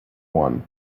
one